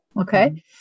okay